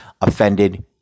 offended